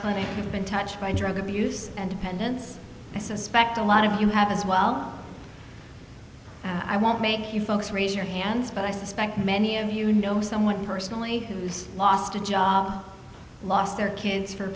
clothing have been touched by drug abuse and dependence i suspect a lot of you have as well i won't make you folks raise your hands but i suspect many of you know someone personally who's lost a job lost their kids for a